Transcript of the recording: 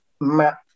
map